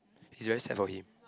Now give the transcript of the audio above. is very sad for him